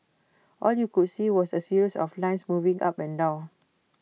all you could see was A series of lines moving up and down